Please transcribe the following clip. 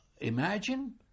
imagine